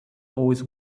always